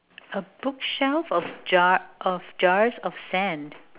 a bookshelf of jar of jars of sand